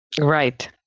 Right